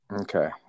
Okay